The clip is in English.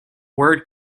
word